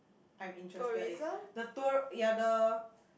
I'm interested in the tour ya the